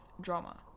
drama